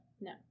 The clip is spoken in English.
No